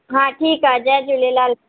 हा ठीकु आहे जय झूलेलाल